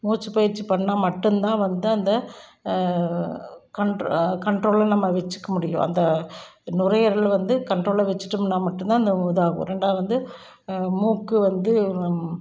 மூச்சுப்பயிற்சி பண்ணால் மட்டும் தான் வந்து அந்த கண்ட் கண்ட்ரோல்ல நம்ம வச்சிக்க முடியும் அந்த நுரையீரல் வந்து கண்ட்ரோல்ல வச்சிட்டோம்னால் மட்டும் தான் அந்த இதாகவும் ரெண்டாவது வந்து மூக்கு வந்து